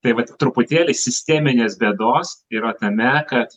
tai vat truputėlį sisteminės bėdos yra tame kad